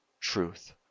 truth